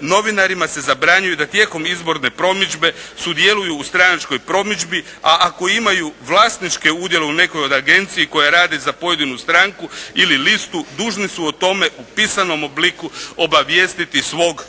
Novinarima se zabranjuje da tijekom izborne promidžbe sudjeluju u stranačkoj promidžbi, a ako imaju vlasničke udjele u nekoj od agencija koja radi za pojedinu stranku ili listu, dužni su o tome u pisanom obliku obavijestiti svog